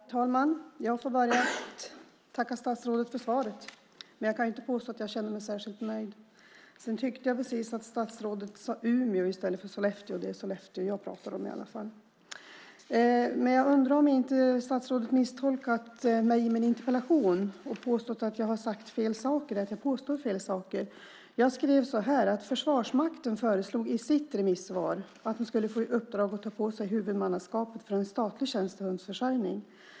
Herr talman! Jag får börja med att tacka statsrådet för svaret, men jag kan inte påstå att jag känner mig särskilt nöjd. Jag tyckte också att statsrådet sade Umeå i stället för Sollefteå. Det är i varje fall Sollefteå jag talar om. Jag undrar om inte statsrådet misstolkat min interpellation och sagt att jag påstår fel saker. Jag skrev: Försvarsmakten föreslog i sitt remissvar att det skulle få i uppdrag att ta på sig huvudmannaskapet för en statlig tjänstehundsförsörjning.